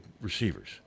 receivers